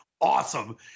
Awesome